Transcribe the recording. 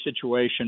situation